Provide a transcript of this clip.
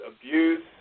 abuse